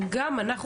אבל גם אנחנו,